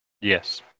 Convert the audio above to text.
Yes